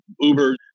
Uber